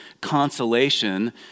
consolation